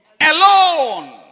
alone